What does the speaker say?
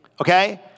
okay